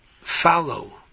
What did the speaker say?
follow